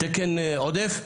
תקן עודף,